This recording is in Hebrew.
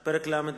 חדש"); פרק ל"ד,